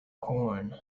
corn